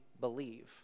believe